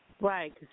Right